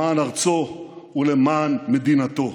למען ארצו ולמען מדינתו.